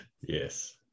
Yes